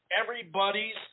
everybody's